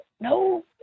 no